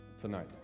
tonight